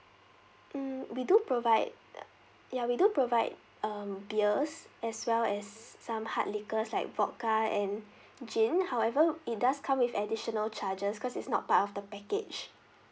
mm we do provide ya we do provide um beers as well as some hard liquor like vodka and gin however it does come with additional charges cause is not part of the package